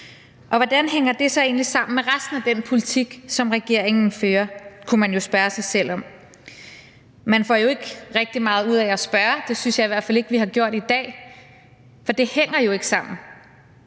Hvordan hænger det så egentlig sammen med resten af den politik, som regeringen fører? kunne man jo spørge sig selv om. Man får jo ikke rigtig meget ud af at spørge – det synes jeg i hvert fald ikke at vi har gjort i dag – for det hænger jo ikke sammen.